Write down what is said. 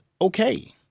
okay